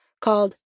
called